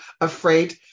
afraid